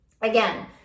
again